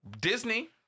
Disney